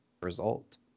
result